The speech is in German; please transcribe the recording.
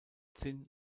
zinn